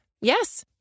Yes